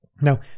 Now